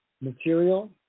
material